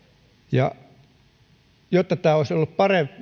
jotta tämä olisi ollut